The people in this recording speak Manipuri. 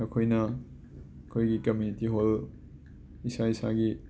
ꯑꯩꯈꯣꯏꯅ ꯑꯩꯈꯣꯏꯒꯤ ꯀꯃ꯭ꯌꯨꯅꯤꯇꯤ ꯍꯣꯜ ꯏꯁꯥ ꯏꯁꯥꯒꯤ